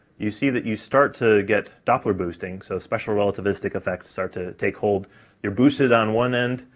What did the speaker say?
you see that you start to get doppler boosting so special relativistic effects start to take hold you're boosted on one end,